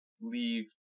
leave